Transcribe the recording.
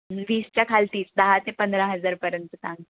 वीसच्या खालतीच दहा ते पंधरा हजारपर्यंत सांग